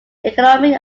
economy